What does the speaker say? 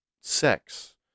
sex